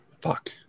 Fuck